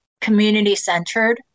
community-centered